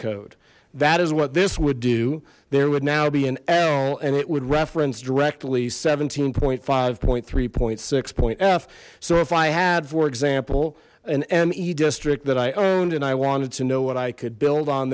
code that is what this would do there would now be an l and it would reference directly seventeen point five point three point six point f so if i had for example an emmy district that i owned and i wanted to know what i could build on